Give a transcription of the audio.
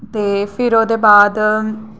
ते फिर ओह्दे बाद